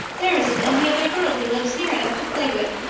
there isn't any other girl who lives near enough to play with,